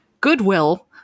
Goodwill